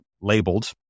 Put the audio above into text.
labeled